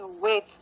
wait